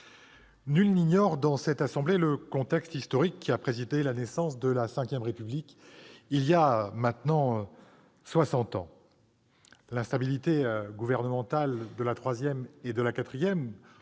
Nul n'ignore dans cette assemblée le contexte historique qui a présidé à la naissance de la V République il y a maintenant soixante ans. L'instabilité gouvernementale de la III et de la IV